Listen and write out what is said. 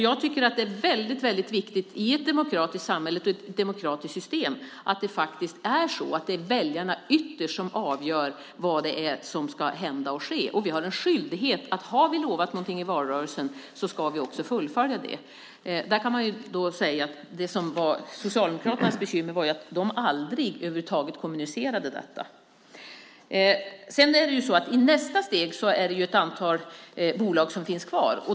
Jag tycker att det är väldigt viktigt att se att i ett demokratiskt samhälle och i ett demokratiskt system är det ytterst väljarna som avgör vad som ska hända och ske. Har vi lovat någonting i valrörelsen har vi skyldighet att också fullfölja det. Där kan man säga att det som var Socialdemokraternas bekymmer var att de aldrig över huvud taget kommunicerade detta. I nästa steg gäller det ett antal bolag som finns kvar.